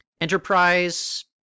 Enterprise